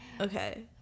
okay